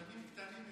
עד חמש דקות לרשותך.